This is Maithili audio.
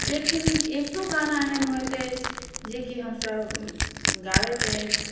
लेकिन एक दू गाना एहन होइत अछि जेकि हमसब गाबैत अछि